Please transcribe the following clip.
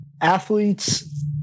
athletes